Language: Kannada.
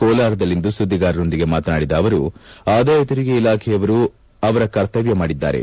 ಕೋಲಾರದಲ್ಲಿಂದು ಸುದ್ದಿಗಾರರೊಂದಿಗೆ ಮಾತನಾಡಿದ ಅವರು ಆದಾಯತೆರಿಗೆ ಇಲಾಖೆಯವರು ಅವರ ಕರ್ತವ್ದ ಮಾಡಿದ್ದಾರೆ